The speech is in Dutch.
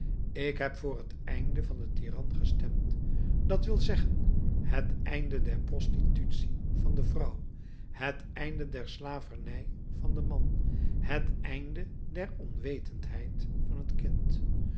ik heb voor het einde van den tiran gestemd dat wil zeggen het einde der prostitutie van de vrouw het einde der slavernij van den man het einde der onwetendheid van het kind